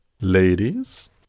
Ladies